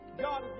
God